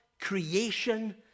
creation